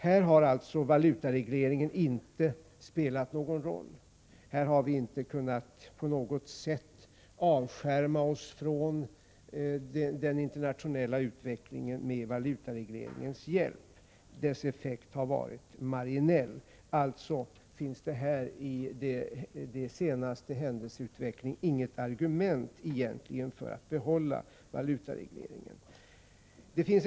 Här har alltså valutaregleringen inte spelat någon roll. Här har vi inte med valutaregleringens hjälp kunnat på något sätt avskärma oss från den inernationella utvecklingen. Valutaregleringens effekt har varit marginell. Det finns alltså i den senaste händelseutvecklingen egentligen inget argument för att behålla valutaregleringen.